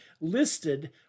listed